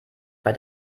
bei